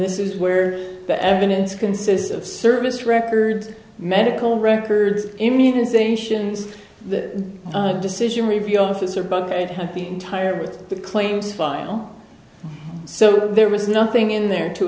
this is where the evidence consists of service records medical records immunizations the decision review office or bug could have been tired with the claims file so there was nothing in there to